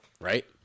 right